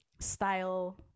style